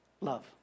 Love